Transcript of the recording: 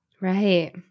Right